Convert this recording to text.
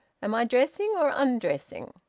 am i dressing or undressing?